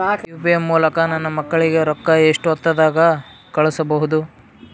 UPI ಮೂಲಕ ನನ್ನ ಮಕ್ಕಳಿಗ ರೊಕ್ಕ ಎಷ್ಟ ಹೊತ್ತದಾಗ ಕಳಸಬಹುದು?